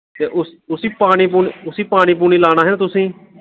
ते उस्सी पानी पूनी लाना हा ना उस्सी